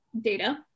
data